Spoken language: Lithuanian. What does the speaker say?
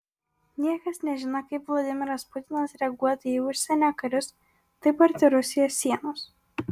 niekas nežino kaip vladimiras putinas reaguotų į užsienio karius taip arti rusijos sienos